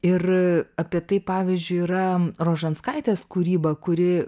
ir apie tai pavyzdžiui yra rožanskaitės kūryba kuri